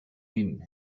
din